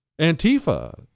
Antifa